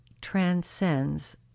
transcends